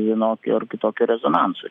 vienokio ar kitokio rezonanso